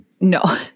No